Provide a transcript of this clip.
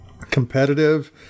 competitive